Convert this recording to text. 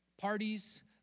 Parties